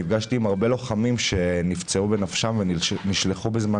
נפגשתי עם הרבה לוחמים שנפצעו בנפשם ונשלחו בזמן